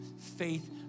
faith